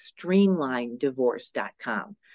streamlinedivorce.com